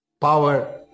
power